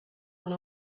and